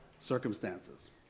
circumstances